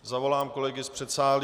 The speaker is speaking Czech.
Zavolám kolegy z předsálí.